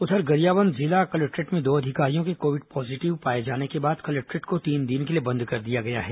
उधर गरियाबंद जिला कलेक्टोरेट में दो अधिकारियों के कोविड पॉजीटिव पाए जाने के बाद कलेक्टोरेट को तीन दिन के लिए बंद कर दिया गया है